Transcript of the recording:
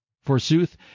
Forsooth